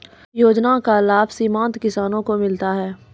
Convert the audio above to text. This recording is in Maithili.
योजना का लाभ सीमांत किसानों को मिलता हैं?